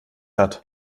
hat